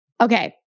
Okay